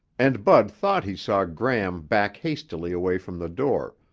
and bud thought he saw gram back hastily away from the door,